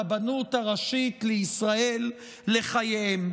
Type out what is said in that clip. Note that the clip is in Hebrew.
הרבנות הראשית לישראל, לחייהם.